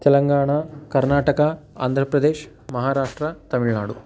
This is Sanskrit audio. तेलङ्गाणा कर्नाटकः आन्ध्रप्रदेशः महाराष्ट्रं तमिळ्नाडुः